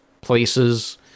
places